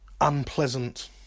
unpleasant